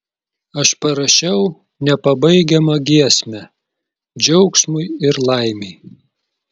aš parašiau nepabaigiamą giesmę džiaugsmui ir laimei